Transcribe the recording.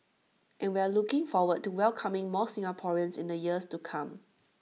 and we're looking forward to welcoming more Singaporeans in the years to come